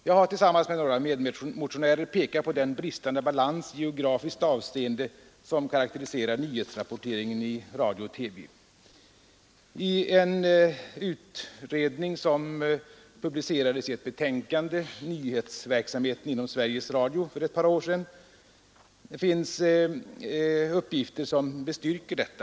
Jag har tillsammans med några medmotionärer pekat på den bristande balans i geografiskt avseende som karakteriserar nyhetsrapporteringen i radio och TV. I en utredning som publicerades i betänkandet ”Nyhetsverksamheten inom Sveriges Radio” för ett par år sedan finns uppgifter som bestyrker detta.